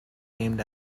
named